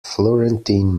florentine